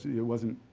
it wasn't,